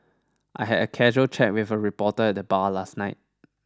I had a casual chat with a reporter at the bar last night